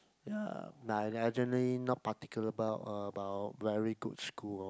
ya actually not particular about very good school lor